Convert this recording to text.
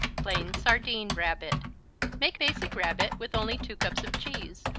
plain sardine rabbit make basic rabbit with only two cups of cheese,